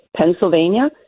Pennsylvania